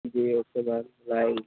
ji okay ma'am by